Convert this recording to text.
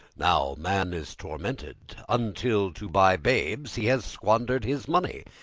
now man is tormented until to buy babes he has squandered his money.